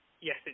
Yes